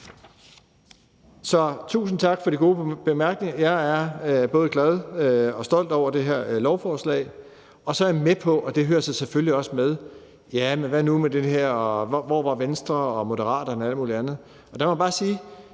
tusind tak for de gode bemærkninger. Jeg er både glad for og stolt over det her lovforslag, og så er jeg med på, og det hører så selvfølgelig også med, at hvad nu med det her, og hvor var Venstre og Moderaterne og alt muligt andet. Der må jeg bare sige,